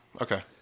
Okay